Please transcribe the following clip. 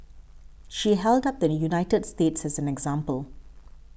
she held up the United States as an example